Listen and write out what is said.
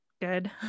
good